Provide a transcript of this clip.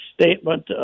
statement